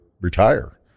retire